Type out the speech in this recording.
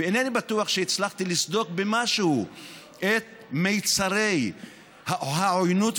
ואינני בטוח שהצלחתי לסדוק במשהו את מצרי העוינות,